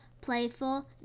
playful